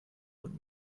und